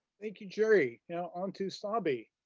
thank you, gerry. now on to sabi.